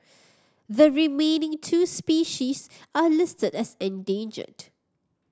the remaining two species are listed as endangered